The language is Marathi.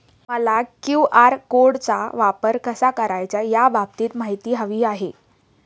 मला क्यू.आर कोडचा वापर कसा करायचा याबाबत माहिती हवी आहे